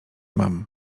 mam